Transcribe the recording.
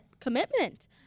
commitment